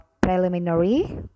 preliminary